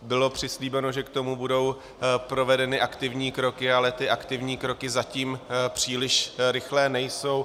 Bylo přislíbeno, že k tomu budou provedeny aktivní kroky, ale ty aktivní kroky zatím příliš rychlé nejsou.